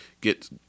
get